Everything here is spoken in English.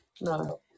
No